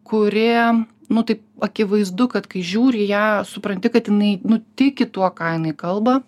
kuri nu taip akivaizdu kad kai žiūri į ją supranti kad jinai nu tiki tuo ką jinai kalba